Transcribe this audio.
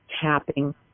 tapping